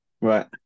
right